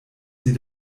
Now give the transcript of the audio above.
sie